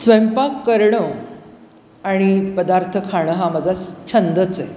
स् स्वयंपाक करणं आणि पदार्थ खाणं हा माझा स् छंदच आहे